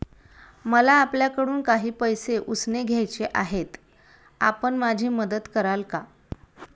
मला आपल्याकडून काही पैसे उसने घ्यायचे आहेत, आपण माझी मदत कराल का?